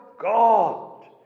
God